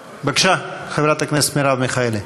בבקשה, חברת הכנסת מרב מיכאלי.